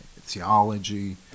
theology